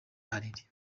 added